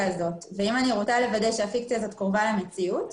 אני רוצה לוודא שהפיקציה הזאת קרובה למציאות,